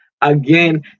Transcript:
Again